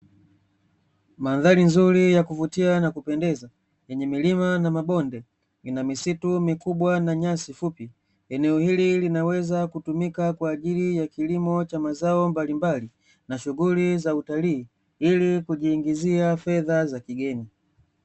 Mandhari nzuri ya kuvutia na kupendeza, yenye milima na mabonde, ina misitu mikubwa na nyasi fupi. Eneo hili linaweza kutumika kwa ajili ya kilimo cha mazao mbalimbali na shughuli za utalii ili kujiingizia fedha za kigeni.